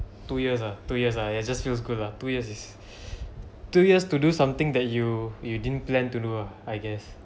two years ah two years ah it just feels good lah two years is two years to do something that you you didn't plan to do ah I guess